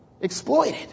Exploited